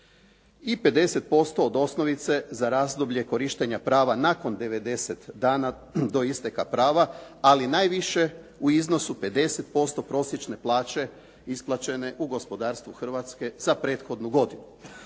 I 505 od osnovice za razdoblje korištenja prava nakon 90 dana do isteka prava, ali najviše u iznosu 50% prosječne plaće isplaćene u gospodarstvu Hrvatske za prethodnu godinu.